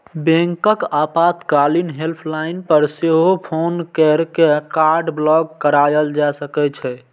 बैंकक आपातकालीन हेल्पलाइन पर सेहो फोन कैर के कार्ड ब्लॉक कराएल जा सकै छै